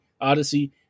Odyssey